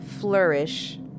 flourish